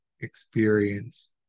experience